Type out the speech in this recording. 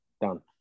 Done